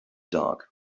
dark